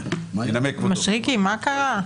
מישרקי, מה קרה?